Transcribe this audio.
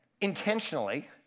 intentionally